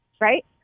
Right